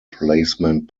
placement